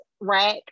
rack